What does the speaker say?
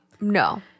no